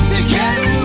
Together